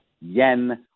yen